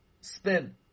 spin